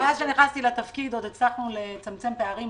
מאז שנכנסתי לתפקיד עוד הצלחנו לצמצם פערים,